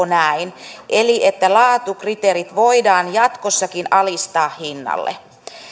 näin että laatukriteerit voidaan jatkossakin alistaa hinnalle